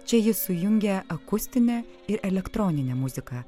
čia ji sujungia akustinę ir elektroninę muziką